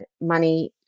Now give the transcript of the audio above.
money